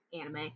anime